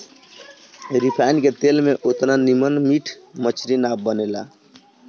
refine के तेल में ओतना निमन मीट मछरी ना बनेला